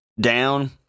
down